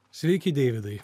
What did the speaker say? sveiki deividai